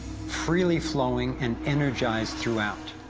freely flowing and energized throughout,